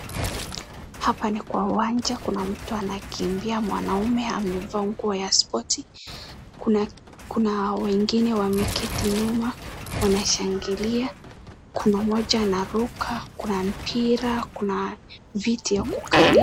Hapa ni kwa uwanja kuna mtu anakubia mwanaume amvaa nguo ya spoti kuna wengine wameketi nyuma wanashangilia kuna moja anaruka kuna Mpira kuna Viti ya kukalia